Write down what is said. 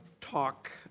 talk